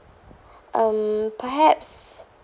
um perhaps